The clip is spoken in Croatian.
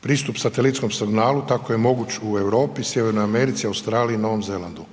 Pristup satelitskom signalu tako je moguć u Europi, Sjevernoj Americi, Australiji i Novom Zelandu,